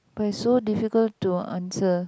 but it's so difficult to answer